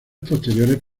posteriores